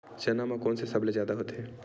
चना म कोन से सबले जादा होथे?